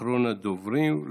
אחרון הדוברים,